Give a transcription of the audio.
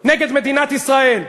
נגד מדינת ישראל.